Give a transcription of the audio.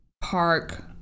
park